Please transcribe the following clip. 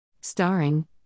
Starring